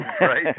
right